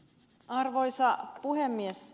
arvoisa puhemies